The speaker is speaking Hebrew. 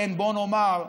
בוא נאמר,